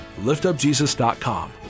liftupjesus.com